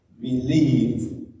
believe